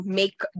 make